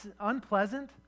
unpleasant